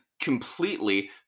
completely